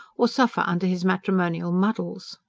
or suffer under his matrimonial muddles!